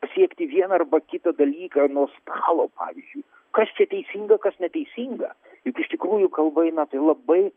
pasiekti vieną arba kitą dalyką nuo stalo pavyzdžiui kas čia teisinga kas neteisinga juk iš tikrųjų kalba eina tai labai